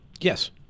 Yes